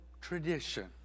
tradition